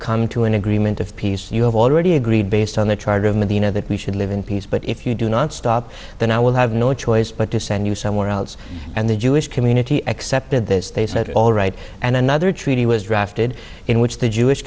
come to an agreement of peace you have already agreed based on the charter of medina that we should live in peace but if you do not stop then i will have no choice but to send you somewhere else and the jewish community accepted this they said all right and another treaty was drafted in which the jewish